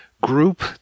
group